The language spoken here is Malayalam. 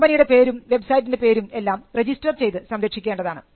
കമ്പനിയുടെ പേരും വെബ്സൈറ്റിൻറെ പേരും എല്ലാം രജിസ്റ്റർ ചെയ്തു സംരക്ഷിക്കേണ്ടതാണ്